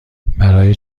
برای